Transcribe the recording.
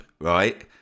right